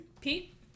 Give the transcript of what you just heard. Pete